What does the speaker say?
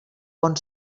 bon